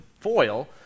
foil